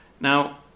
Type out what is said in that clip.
Now